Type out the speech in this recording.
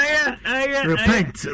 Repent